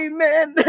Amen